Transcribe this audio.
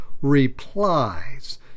replies